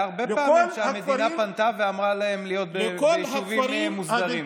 היו הרבה פעמים שהמדינה פנתה ואמרה להם להיות ביישובים מוסדרים.